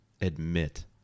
admit